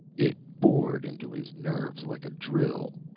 it bored into his nerves like a drill.